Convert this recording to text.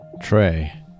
Trey